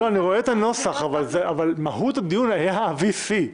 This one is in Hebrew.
אני רואה את הנוסח, אבל מהות הדיון הייתה ה-VC.